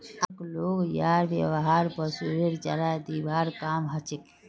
आजक लोग यार व्यवहार पशुरेर चारा दिबार काम हछेक